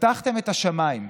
פתחתם את השמיים,